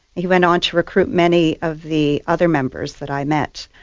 he went on to recruit many of the other members that i met.